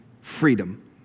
freedom